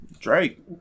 Drake